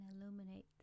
illuminate